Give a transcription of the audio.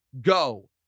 go